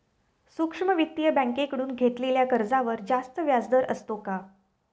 सूक्ष्म वित्तीय बँकेकडून घेतलेल्या कर्जावर जास्त व्याजदर असतो का?